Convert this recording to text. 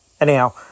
Anyhow